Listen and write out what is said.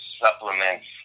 supplements